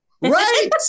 Right